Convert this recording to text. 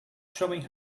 showing